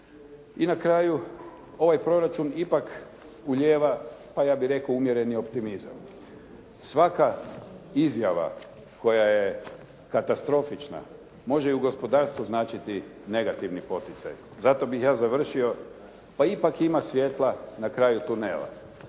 I na kraju ovaj proračun ipak ulijeva pa ja bih rekao umjereni optimizam. Svaka izjava koja je katastrofična može i u gospodarstvu značiti negativni poticaj. Zato bih ja završio pa ipak ima svjetla na kraju tunela.